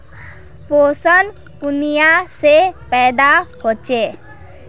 पोषण कुनियाँ से पैदा होचे?